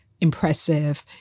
impressive